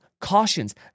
cautions